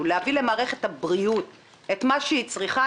להביא למערכת הבריאות את מה שהיא צריכה,